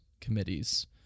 committees